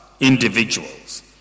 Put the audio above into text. Individuals